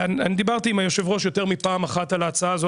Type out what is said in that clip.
אני דיברתי עם היושב ראש יותר מפעם אחת על ההצעה הזו,